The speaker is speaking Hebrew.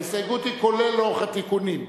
ההסתייגות, כולל לוח התיקונים.